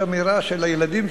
יש אמירה של הילדים,